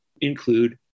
include